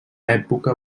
època